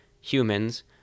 humans